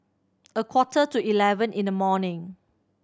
a quarter to eleven in the morning